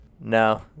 No